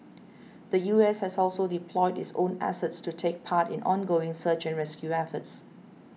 the U S has also deployed its own assets to take part in ongoing search and rescue efforts